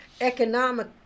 economic